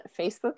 Facebook